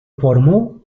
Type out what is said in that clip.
formó